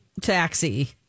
taxi